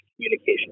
communication